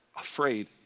afraid